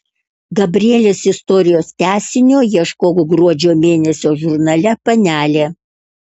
gabrielės istorijos tęsinio ieškok gruodžio mėnesio žurnale panelė